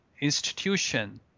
institution